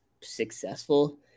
successful